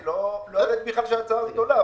אני לא ידעתי בכלל שההצעה הזאת עולה,